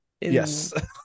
yes